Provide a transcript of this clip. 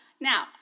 Now